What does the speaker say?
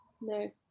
No